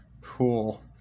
Cool